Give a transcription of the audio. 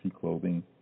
Clothing